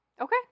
Okay